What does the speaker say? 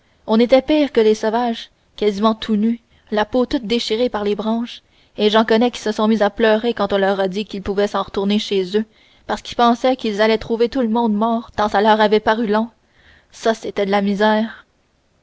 on était pire que les sauvages quasiment tout nus la peau toute déchirée par les branches et j'en connais qui se sont mis à pleurer quand on leur a dit qu'ils pouvaient s'en retourner chez eux parce qu'ils pensaient qu'ils allaient trouver tout le monde mort tant ça leur avait paru long ça c'était de la misère